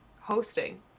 hosting